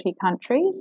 countries